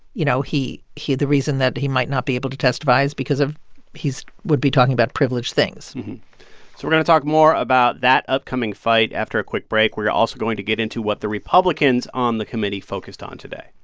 you know, he he the reason that he might not be able to testify is because of he would be talking about privileged things so we're going to talk more about that upcoming fight after a quick break. we're also going to get into what the republicans on the committee focused on today.